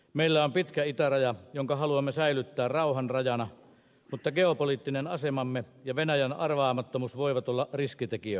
meillä on pitkä itäraja jonka haluamme säilyttää rauhan rajana mutta geopoliittinen asemamme ja venäjän arvaamattomuus voivat olla riskitekijöitä